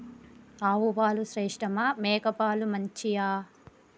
ఆవు పాలు శ్రేష్టమా మేక పాలు మంచియా?